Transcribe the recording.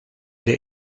der